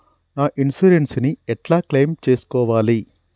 నా ఇన్సూరెన్స్ ని ఎట్ల క్లెయిమ్ చేస్కోవాలి?